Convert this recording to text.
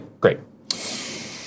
Great